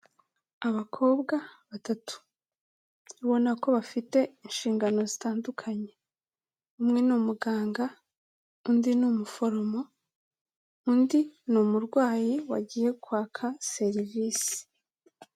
Abakobwa batatu ubona ko bafite inshingano zitandukanye: umwe ni umuganga, undi ni umuforomo, undi ni umurwayi wagiye kwaka serivisi.